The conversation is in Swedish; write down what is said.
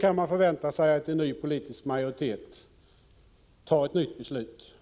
kan man förvänta sig att en ny politisk majoritet fattar ett nytt beslut.